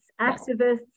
activists